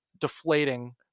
deflating